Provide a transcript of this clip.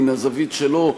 מן הזווית שלו,